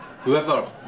whoever